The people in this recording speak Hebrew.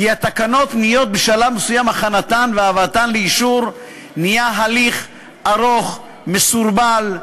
כי שלב הכנתן והבאתן לאישור נהיה הליך ארוך ומסורבל.